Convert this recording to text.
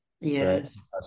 yes